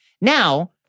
Now